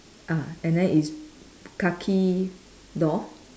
ah and then it's khaki door